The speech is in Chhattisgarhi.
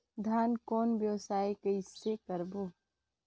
धान कौन व्यवसाय कइसे करबो?